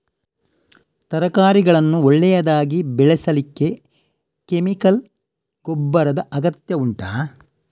ತರಕಾರಿಗಳನ್ನು ಒಳ್ಳೆಯದಾಗಿ ಬೆಳೆಸಲಿಕ್ಕೆ ಕೆಮಿಕಲ್ ಗೊಬ್ಬರದ ಅಗತ್ಯ ಉಂಟಾ